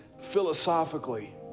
philosophically